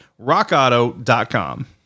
rockauto.com